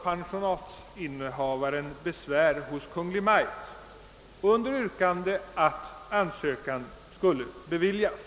Pensionatsinnehavaren anförde då besvär hos Kungl. Maj:t och yrkade att hans ansökan skulle beviljas.